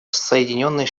соединенные